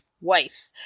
wife